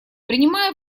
принимая